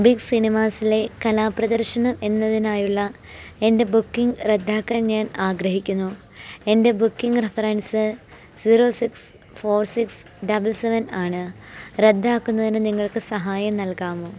big സിനിമാസിലെ കലാപ്രദർശനം എന്നതിനായുള്ള എൻ്റെ ബുക്കിംഗ് റദ്ദാക്കാൻ ഞാൻ ആഗ്രഹിക്കുന്നു എൻ്റെ booking reference zero six four six double seven ആണ് റദ്ദാക്കുന്നതിന് നിങ്ങൾക്കു സഹായം നൽകാമോ